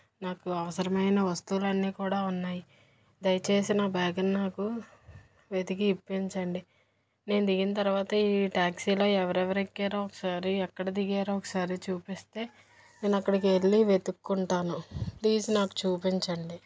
నాకు అవసరమైన వస్తువులు అన్నీ కూడా ఉన్నాయి దయచేసి నా బ్యాగ్ను నాకు వెతికి ఇప్పించండి నేను దిగిన తర్వాతే ట్యాక్సీలో ఎవరెవరు ఎక్కారో ఒకసారి ఎక్కడ దిగారో ఒకసారి చూపిస్తే నేను అక్కడికి వెళ్ళి వెతుక్కుంటాను ప్లీజ్ నాకు చూపించండి